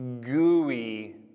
gooey